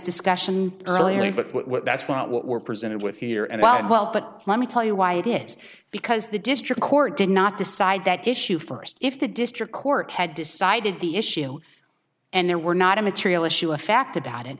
discussion earlier but what that's what we're presented with here and well but let me tell you why it is because the district court did not decide that issue first if the district court had decided the issue and there were not a material issue of fact about it